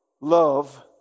Love